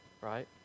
Right